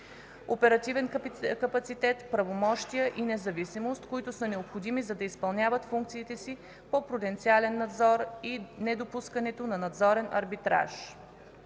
оперативен капацитет, правомощия и независимост, които са необходими, за да изпълняват функциите си по пруденциален надзор и недопускането на надзорен арбитраж.